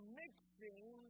mixing